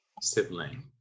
sibling